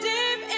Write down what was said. Deep